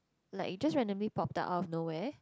like you just randomly popped out out of nowhere